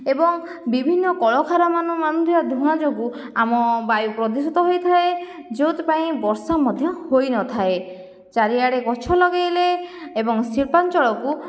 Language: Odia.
ଏବଂ ବିଭିନ୍ନ କଳକାରଖାନାମାନ ମାନଙ୍କ ଧୂଆଁ ଯୋଗୁଁ ଆମ ବାୟୁ ପ୍ରଦୂଷିତ ହୋଇଥାଏ ଯେଉଁଥିପାଇଁ ବର୍ଷା ମଧ୍ୟ ହୋଇନଥାଏ ଚାରି ଆଡ଼େ ଗଛ ଲଗାଇଲେ ଏବଂ ଶିଳ୍ପାଞ୍ଚଳକୁ